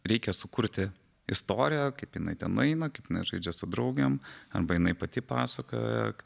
reikia sukurti istoriją kaip jinai ten nueina kaip jinai žaidžia su draugėm arba jinai pati pasakoja